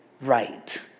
Right